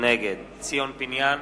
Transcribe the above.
נגד ציון פיניאן,